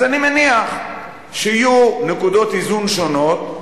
אז אני מניח שיהיו נקודות איזון שונות,